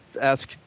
ask